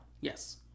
Yes